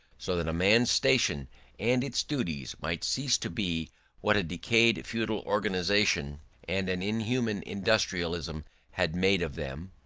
so that a man's station and its duties might cease to be what a decayed feudal organisation and an inhuman industrialism had made of them.